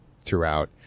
throughout